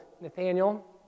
Nathaniel